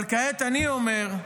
אבל כעת אני אומר,